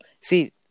See